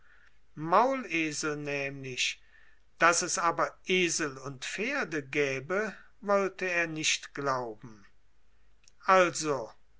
maulesel nämlich daß es aber esel und pferde gäbe wollte er nicht glauben also